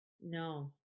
no